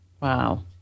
Wow